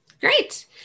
Great